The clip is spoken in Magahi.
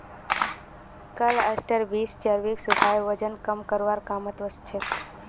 क्लस्टर बींस चर्बीक सुखाए वजन कम करवार कामत ओसछेक